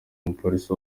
umupolisi